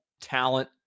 talent